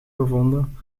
gevonden